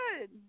good